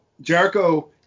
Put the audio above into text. Jericho